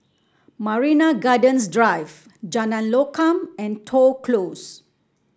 Marina Gardens Drive Jalan Lokam and Toh Close